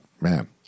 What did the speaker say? man